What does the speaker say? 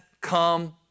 Come